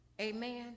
Amen